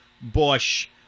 Bush